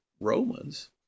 Romans